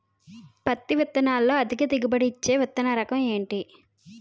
పత్తి విత్తనాలతో అధిక దిగుబడి నిచ్చే విత్తన రకం ఏంటి?